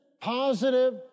positive